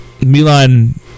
Milan